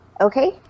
Okay